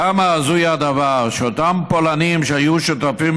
כמה הזוי הדבר שאותם פולנים שהיו שותפים